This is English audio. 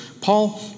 Paul